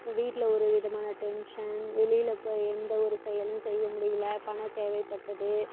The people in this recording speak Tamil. வீட்டில் ஒரு விதமான டென்ஷன் வெளியில் போய் எந்த ஒரு செயலும் செய்ய முடியலை பணம் தேவைப்பட்டது